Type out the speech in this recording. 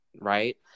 right